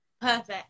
Perfect